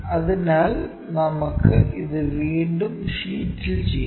അതിനാൽ നമുക്ക് ഇത് വീണ്ടും ഷീറ്റിൽ ചെയ്യാം